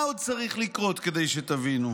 מה עוד צריך לקרות כדי שתבינו?